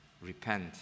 repent